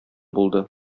булды